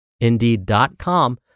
indeed.com